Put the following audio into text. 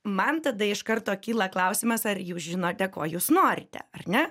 man tada iš karto kyla klausimas ar jūs žinote ko jūs norite ar ne